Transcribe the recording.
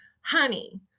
honey